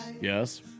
Yes